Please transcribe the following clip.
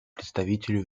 представителю